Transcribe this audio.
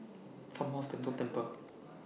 Farmhouse Pentel Tempur